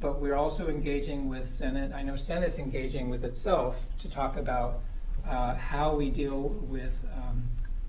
but we're also engaging with senate. i know senate's engaging with itself to talk about how we deal with